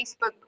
Facebook